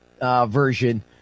version